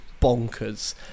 bonkers